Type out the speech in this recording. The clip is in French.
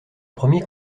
premier